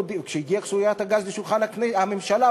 כשהגיעה סוגיית הגז לשולחן הממשלה,